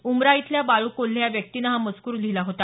उमरा इथल्या बाळू कोल्हे या व्यक्तीनं हा मजकुर लिहिला होता